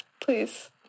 Please